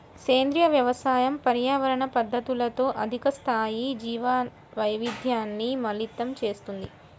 సేంద్రీయ వ్యవసాయం పర్యావరణ పద్ధతులతో అధిక స్థాయి జీవవైవిధ్యాన్ని మిళితం చేస్తుంది